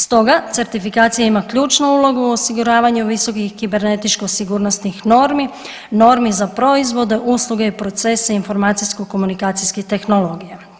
Stoga certifikacija ima ključnu ulogu u osiguravanju visokih kibernetičko sigurnosnih normi, normi za proizvode, usluge i procese informacijsko komunikacijske tehnologije.